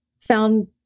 found